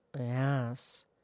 Yes